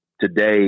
today